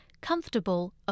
comfortable